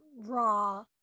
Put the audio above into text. raw